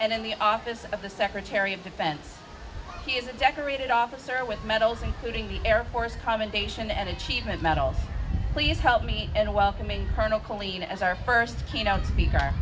and in the office of the secretary of defense he is a decorated officer with medals including the air force commendation any achievement medal please help me and welcome me colonel colleen as our first keynote speaker